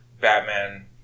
Batman